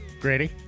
Grady